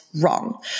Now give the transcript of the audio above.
wrong